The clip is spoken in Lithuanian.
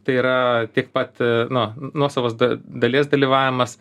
tai yra tiek pat nuo nuosavos dalies dalyvavimas